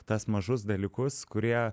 tas mažus dalykus kurie